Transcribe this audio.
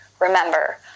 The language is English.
Remember